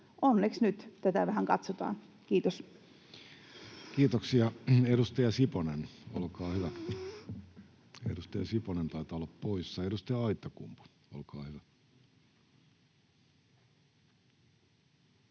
Onneksi nyt tätä vähän katsotaan. — Kiitos. Kiitoksia. — Edustaja Siponen, olkaa hyvä. Edustaja Siponen taitaa olla poissa. — Edustaja Aittakumpu, olkaa hyvä.